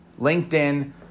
LinkedIn